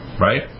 right